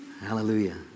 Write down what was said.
Hallelujah